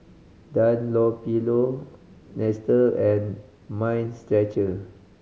Dunlopillo Nestle and Mind Stretcher